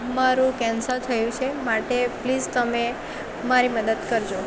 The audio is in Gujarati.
મારું કેન્સલ થયું છે માટે પ્લીઝ તમે મારી મદદ કરજો